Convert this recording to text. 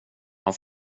han